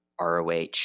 ROH